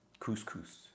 couscous